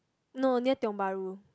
no near Tiong-Bahru